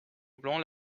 blanc